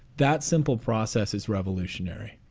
that simple process is revolutionary